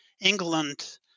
England